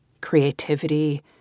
creativity